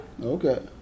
okay